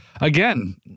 again